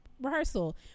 Rehearsal